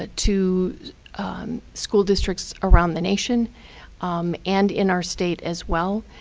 ah to school districts around the nation and in our state as well.